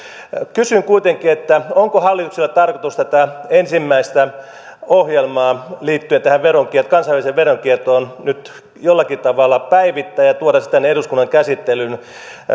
kysyn kuitenkin onko hallituksella tarkoitus tätä ensimmäistä ohjelmaa liittyen tähän kansainväliseen veronkiertoon nyt jollakin tavalla päivittää ja tuoda se tänne eduskunnan käsittelyyn